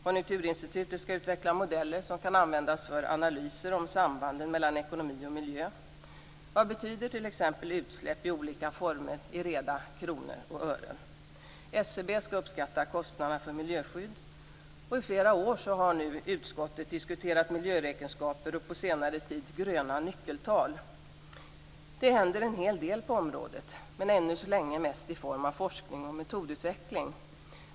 Konjunkturinstitutet skall utveckla modeller som kan användas för analyser av sambanden mellan ekonomi och miljö. Vad betyder t.ex. utsläpp i olika former i reda kronor och ören? SCB skall uppskatta kostnaderna för miljöskydd. I flera år har nu utskottet diskuterat miljöräkenskaper och på senare tid gröna nyckeltal. Det händer en hel del på området, men ännu så länge mest i form av forskning och metodutveckling.